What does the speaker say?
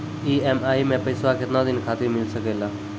EMI मैं पैसवा केतना दिन खातिर मिल सके ला?